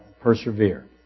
persevere